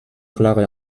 klare